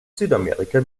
südamerika